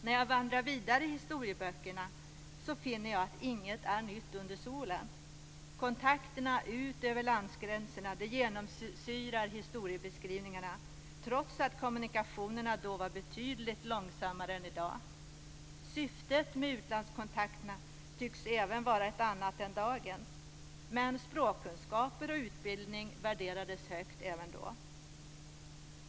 När jag vandrar vidare i historieböckerna finner jag att inget är nytt under solen. Kontakterna ut över landgränserna genomsyrar historiebeskrivningarna, trots att kommunikationerna då var betydligt långsammare än i dag. Syftet med utlandskontakterna tycks även ha varit ett annat än dagens. Men språkkunskaper och utbildning värderades högt även då.